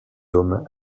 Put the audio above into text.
hommes